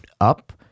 up